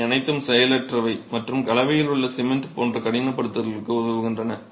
இவை அனைத்தும் செயலற்றவை மற்றும் கலவையில் உள்ள சிமென்ட் போன்ற கடினப்படுத்துதலுக்கு உதவுகின்றன